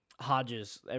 Hodges